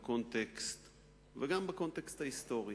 וגם בקונטקסט ההיסטורי.